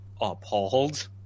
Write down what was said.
appalled